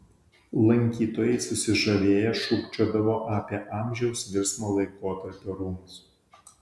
lankytojai susižavėję šūkčiodavo apie amžiaus virsmo laikotarpio rūmus